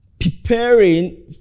preparing